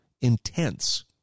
intense